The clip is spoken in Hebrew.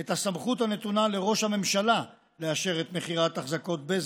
את הסמכות הנתונה לראש הממשלה לאשר את מכירת אחזקות בזק,